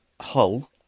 Hull